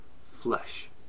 Flesh